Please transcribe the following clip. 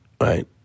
right